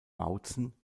bautzen